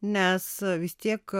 nes vis tiek